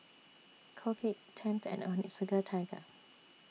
Colgate Tempt and Onitsuka Tiger